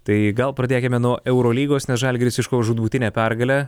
tai gal pradėkime nuo eurolygos nes žalgiris iškovojo žūtbūtinę pergalę